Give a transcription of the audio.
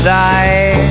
die